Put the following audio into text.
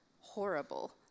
horrible